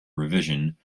revision